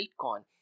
Bitcoin